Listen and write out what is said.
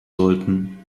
sollten